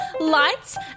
lights